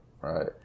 right